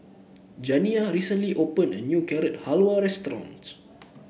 Janiyah recently opened a new Carrot Halwa Restaurant